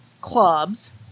clubs